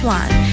one